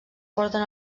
porten